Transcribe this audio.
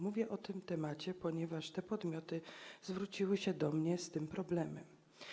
Mówię o tym temacie, ponieważ te podmioty zwróciły się do mnie z tym problemem.